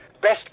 best